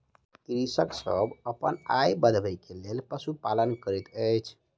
कृषक सभ अपन आय बढ़बै के लेल पशुपालन करैत अछि